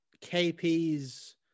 KP's